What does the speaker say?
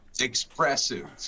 expressive